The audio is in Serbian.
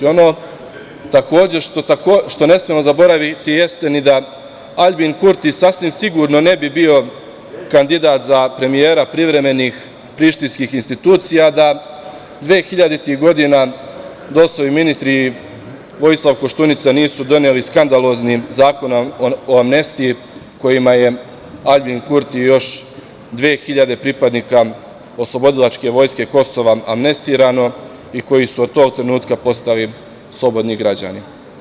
Ono što takođe ne smemo zaboraviti jeste ni da Aljbin Kurti sasvim sigurno ne bi bio kandidat za premijera privremenih prištinskih institucija da 2000. godina DOS-ovi ministri i Vojislav Koštunica nisu doneli skandalozni Zakon o amnestiji kojim je Aljbin Kurti i još 2.000 pripadnika OVK amnestirano i koji su od tog trenutka postali slobodni građani.